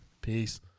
Peace